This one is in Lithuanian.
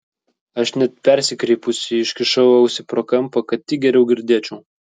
aš net persikreipusi iškišau ausį pro kampą kad tik geriau girdėčiau